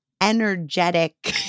energetic